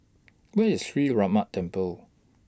Where IS Sree Ramar Temple